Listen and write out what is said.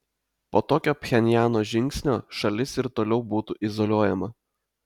po tokio pchenjano žingsnio šalis ir toliau būtų izoliuojama